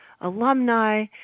alumni